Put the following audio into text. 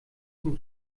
zum